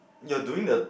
you're doing the